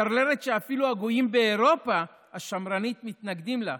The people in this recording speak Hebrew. טרללת שאפילו הגויים באירופה השמרנית מתנגדים לה,